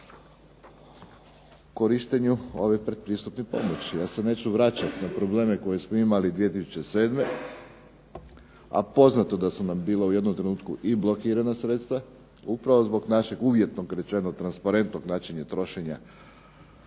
korištenju ove pretpristupne pomoći. Ja sad neću vraćati na probleme koje smo imali 2007., a poznato da su nam bila u jednom trenutku i blokirana sredstva, upravo zbog našeg uvjetno rečeno transparentnog načina trošenja